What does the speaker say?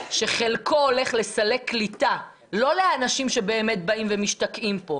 חלקו הולך לסל קליטה לא לאנשים שבאמת באים ומשתקעים פה,